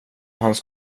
hans